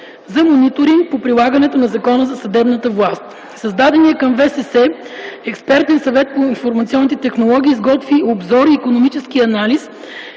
за мониторинг по прилагането на Закона за съдебната власт. Създаденият към ВСС през 2008 г. Експертен съвет по информационните технологии изготви Обзор и икономически анализ